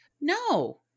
No